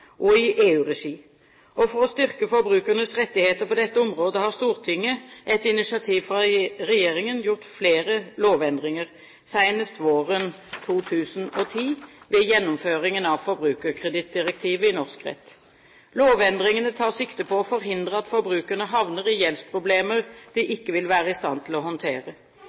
og i EU-regi. For å styrke forbrukernes rettigheter på dette området har Stortinget, etter initiativ fra regjeringen, gjort flere lovendringer, senest våren 2010 ved gjennomføringen av forbrukerkredittdirektivet i norsk rett. Lovendringene tar sikte på å forhindre at forbrukerne havner i gjeldsproblemer de ikke vil være i stand til å håndtere.